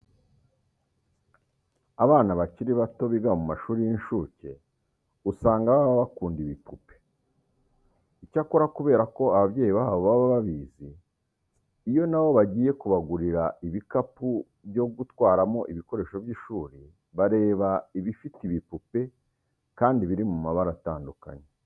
Abana bakiri bato biga mu mashuri y'incuke usanga baba bakunda ibipupe. Icyakora kubera ko ababyeyi babo baba babizi, iyo na bo bagiye kubagurira ibikapu byo gutwaramo ibikoresho by'ishuri, bareba ibifite ibipupe kandi biri mu mabara atandukanye.